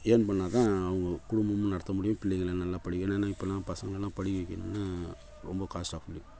earn பண்ணால் தான் அவங்க குடும்பம் நடத்த முடியும் பிள்ளைகளை நல்லா படிக்க ஏன்னா இப்போல்லாம் பசங்களைலாம் படிக்க வைக்கணும்னா ரொம்ப காஸ்ட் ஆப் லிவ்விங்